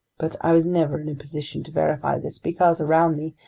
but i was never in a position to verify this because, around me,